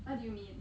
what do you mean